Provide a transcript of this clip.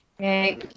okay